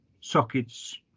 sockets